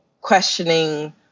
questioning